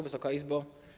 Wysoka Izbo!